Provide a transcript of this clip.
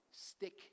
stick